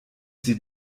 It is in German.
sieht